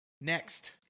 next